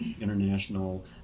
International